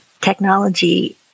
technology